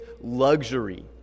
luxury